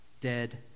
dead